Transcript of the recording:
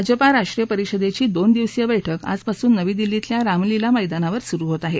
भाजपा राष्ट्रीय परिषदेची दोनदिवसीय बैठक आजपासून नवी दिल्लीतल्या रामलीला मैदानावर सुरु होत आहे